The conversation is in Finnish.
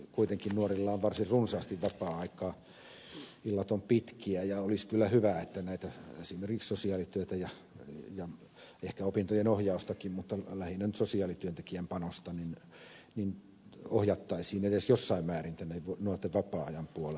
kuitenkin nuorilla on varsin runsaasti vapaa aikaa illat ovat pitkiä ja olisi kyllä hyvä että näitä esimerkiksi sosiaalityötä ja ehkä opintojen ohjaustakin mutta lähinnä nyt sosiaalityöntekijän panosta ohjattaisiin edes jossain määrin tänne nuorten vapaa ajan puolelle myöskin